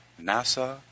NASA